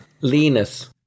Linus